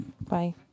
Bye